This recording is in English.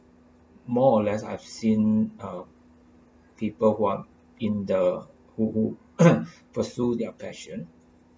more or less I've seen ah people who are in the who who pursue their passion